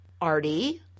arty